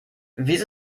wieso